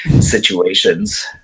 situations